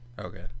okay